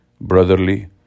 brotherly